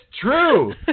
true